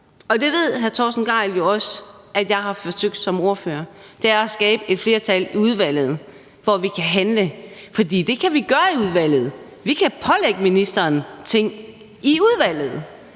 og det ved hr. Torsten Gejl jo også, at jeg har forsøgt på som ordfører – er at skabe et flertal i udvalget, så vi kan handle. For det kan vi gøre i udvalget; vi kan pålægge ministeren ting i udvalget.